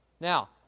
Now